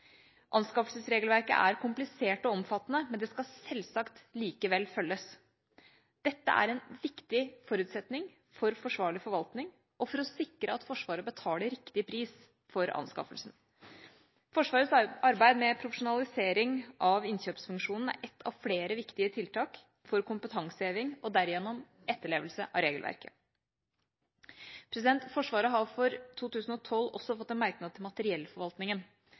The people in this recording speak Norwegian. Anskaffelsesregelverket er komplisert og omfattende, men det skal selvsagt likevel følges. Dette er en viktig forutsetning for forsvarlig forvaltning, og for å sikre at Forsvaret betaler riktig pris for anskaffelsen. Forsvarets arbeid med profesjonalisering av innkjøpsfunksjonen er ett av flere viktige tiltak for kompetanseheving og derigjennom etterlevelse av regelverket. Forsvaret har for 2012 også fått en merknad til materiellforvaltningen.